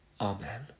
Amen